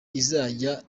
izajya